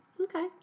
Okay